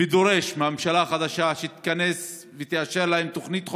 דורש מהממשלה החדשה שתתכנס ותאשר להם תוכנית חומש,